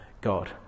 God